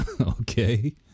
Okay